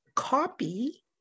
Copy